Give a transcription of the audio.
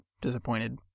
disappointed